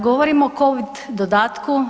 Govorim o covid dodatku.